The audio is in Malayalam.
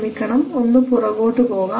ക്ഷമിക്കണം ഒന്നു പുറകോട്ട് പോകാം